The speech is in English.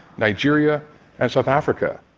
nigeria and south africa.